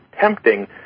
tempting